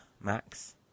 Max